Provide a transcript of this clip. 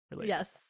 Yes